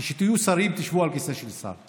כשתהיו שרים תשבו על כיסא של שר.